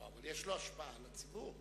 אבל יש לו השפעה על הציבור.